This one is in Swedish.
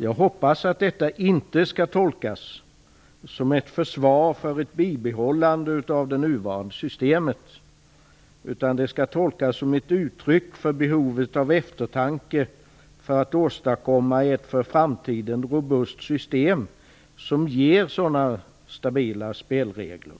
Jag hoppas att detta inte skall tolkas som ett försvar för ett bibehållande av det nuvarande systemet utan som ett uttryck för behovet av eftertanke för att åstadkomma ett för framtiden robust system som ger sådana stabila spelregler.